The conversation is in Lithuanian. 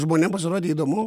žmonėm pasirodė įdomu